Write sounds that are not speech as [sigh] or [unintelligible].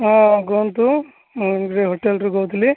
ହଁ କୁହନ୍ତୁ ମୁଁ [unintelligible] ହୋଟେଲ୍ ରୁ କହୁଥିଲି